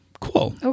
cool